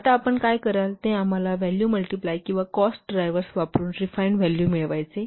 आता आपण काय कराल ते आम्हाला व्हॅल्यू मल्टिप्लाय किंवा कॉस्ट ड्राइव्हर्स् वापरून रिफाइन व्हॅल्यू मिळवायचे आहे